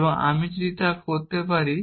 এবং আমি যদি তা করতে পারি